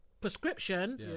prescription